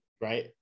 right